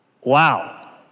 Wow